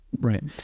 Right